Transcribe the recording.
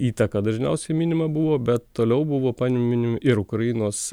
įtaką dažniausiai minima buvo bet toliau buvo panimini ir ukrainos